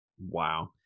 Wow